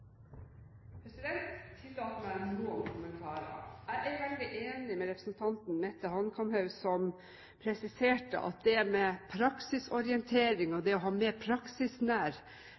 kommentarer. Jeg er veldig enig med representanten Mette Hanekamhaug, som presiserte at det med praksisorientering og det å ha mer